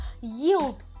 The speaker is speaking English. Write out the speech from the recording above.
yield